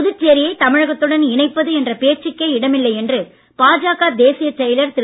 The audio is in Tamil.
புதுச்சேரியை தமிழகத்துடன் இணைப்பது என்ற பேச்சுக்கே இடமில்லை என்று பாஜக தேசியச் செயலர் திரு